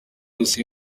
yose